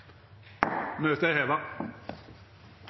møtet vert heva?